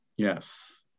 Yes